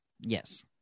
yes